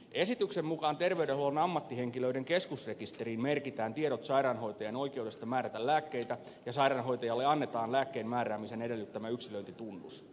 esityksen mukaan terveydenhuollon ammattihenkilöiden keskusrekisteriin merkitään tiedot sairaanhoitajan oikeudesta määrätä lääkkeitä ja sairaanhoitajalle annetaan lääkkeen määräämisen edellyttämä yksilöintitunnus